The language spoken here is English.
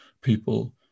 People